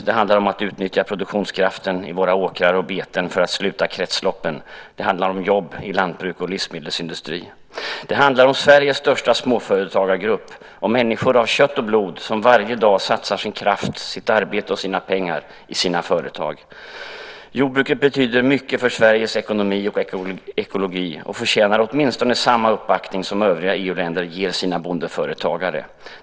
Det handlar om att utnyttja produktionskraften i våra åkrar och beten för att sluta kretsloppen. Det handlar om jobb i lantbruk och livsmedelsindustri. Det handlar om Sveriges största småföretagargrupp, människor av kött och blod som varje dag satsar sin kraft, sitt arbete och sina pengar i sina företag. Jordbruket betyder mycket för Sveriges ekonomi och ekologi och förtjänar åtminstone samma uppbackning som övriga EU-länder ger sina bondeföretagare.